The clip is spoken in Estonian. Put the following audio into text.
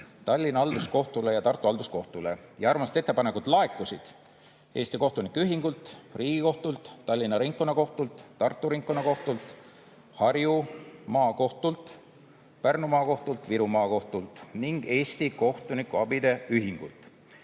Tallinna Halduskohtule ja Tartu Halduskohtule. Arvamused ja ettepanekud laekusid Eesti Kohtunike Ühingult, Riigikohtult, Tallinna Ringkonnakohtult, Tartu Ringkonnakohtult, Harju Maakohtult, Pärnu Maakohtult, Viru Maakohtult ning Eesti Kohtunikuabide Ühingult.